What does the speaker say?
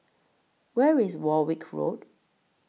Where IS Warwick Road